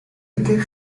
mieke